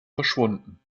verschwunden